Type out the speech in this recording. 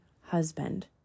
husband